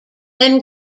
then